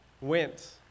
went